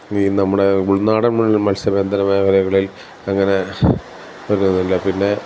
ഇനി നമ്മുടെ ഉൾനാടൻ മത്സ്യബന്ധന മേഖലകളിൽ അങ്ങനെ ഒരു ഇതുണ്ട് പിന്നെ